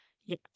Yes